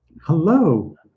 hello